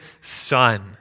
son